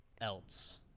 else